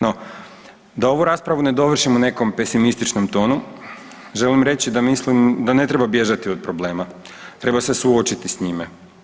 No, da ovu raspravu ne dovršim u nekom pesimističnom tonu želim reći da mislim da ne treba bježati od problema, treba se suočiti sa njime.